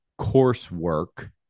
coursework